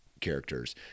characters